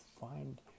find